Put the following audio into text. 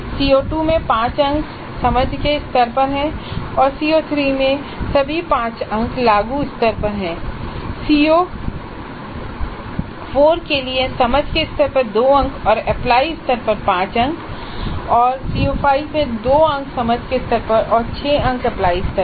CO2 के लिए सभी 5 अंक समझ के स्तर पर हैं और CO3 के लिए सभी 5 अंक लागू स्तर पर हैं CO4 के लिए समझ के स्तर पर 2 अंक एप्लाई स्तर पर 5 अंक CO5 के लिए 2 अंक समझ स्तर पर और 6 अंक एप्लाई स्तर पर